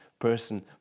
person